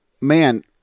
man